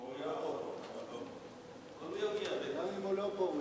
גם אם הוא לא פה, הוא